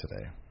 today